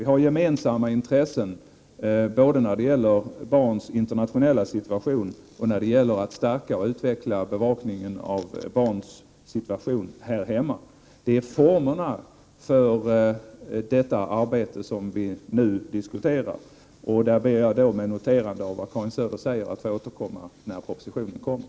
Vi har gemensamma intressen både när det gäller barns internationella situation och när det gäller att stärka och utveckla bevakningen av barns situation här hemma. Det är formerna för det arbetet som vi nu diskuterar. Där ber jag att — med noterande av vad Karin Söder säger — få återkomma när propositionen kommer.